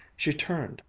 she turned,